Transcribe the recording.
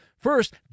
First